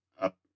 up